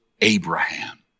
Abraham